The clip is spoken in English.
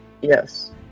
Yes